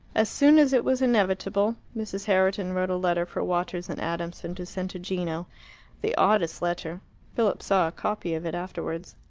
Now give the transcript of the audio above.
as soon as it was inevitable, mrs. herriton wrote a letter for waters and adamson to send to gino the oddest letter philip saw a copy of it afterwards.